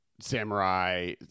samurai